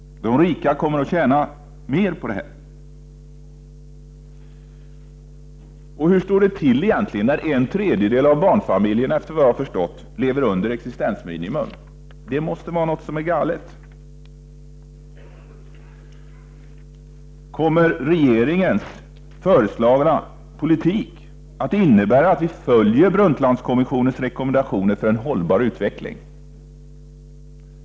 De rika kommer att tjäna ännu mer på detta. Hur står det egentligen till när en tredjedel av barnfamiljerna, såvitt jag har förstått, lever under existensminimum? Det måste vara något som är galet. Kommer regeringens föreslagna politik att innebära att Sverige följer Brundtlandkommissionens rekommendationer för en hållbar utveckling?